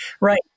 Right